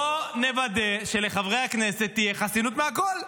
בואו נוודא שלחברי הכנסת תהיה חסינות מהכול,